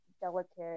delicate